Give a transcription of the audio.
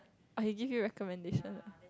or he give you recommendation ah